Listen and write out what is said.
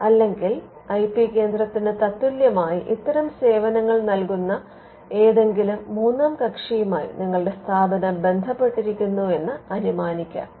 അല്ലെങ്കിൽ I P കേന്ദ്രത്തിന് തത്തുല്യമായി ഇത്തരം സേവനങ്ങൾ നൽകുന്ന ഏതെങ്കിലും മൂന്നാം കക്ഷിയുമായി നിങ്ങളുടെ സ്ഥാപനം ബന്ധപ്പെട്ടിരിക്കുന്നു എന്ന് അനുമാനിക്കാം